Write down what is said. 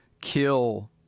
kill